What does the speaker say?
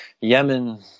Yemen